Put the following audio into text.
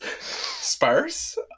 Sparse